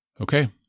Okay